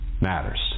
matters